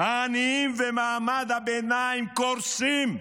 העניים ומעמד הביניים קורסים,